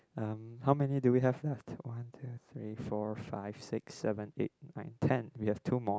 um how many do we have left one two three four five six seven eight nine ten we have two more